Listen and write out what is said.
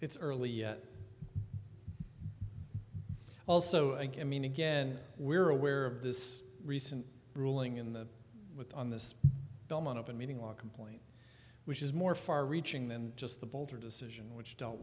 it's early yet also mean again we're aware of this recent ruling in the with on this belmont open meeting law complaint which is more far reaching than just the boulder decision which dealt